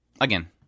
again